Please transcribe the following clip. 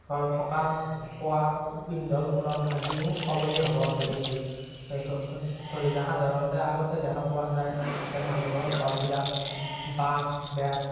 থকা খোৱা পিন্ধন উৰণ আদিও সলনি হ'ব ধৰিছোঁ ধৰিছে সাধাৰণতে আগতে দেখা পোৱা যায় যে মানুহৰ ঘৰবিলাক বাঁহ বেত